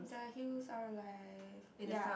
the hills are like ya